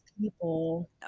people